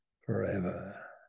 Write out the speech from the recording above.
forever